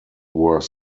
were